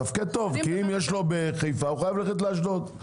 כי אם יש מישהו בחיפה הוא חייב ללכת באשדוד,